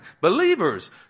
believers